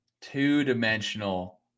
two-dimensional